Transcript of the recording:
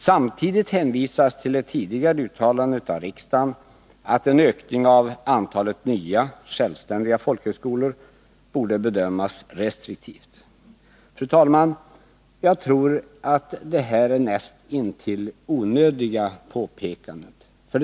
Samtidigt hänvisas till ett tidigare uttalande av riksdagen att en ökning av antalet nya, självständiga folkhögskolor borde bedömas restriktivt. Fru talman! Jag tror att detta är nästintill onödiga påpekanden.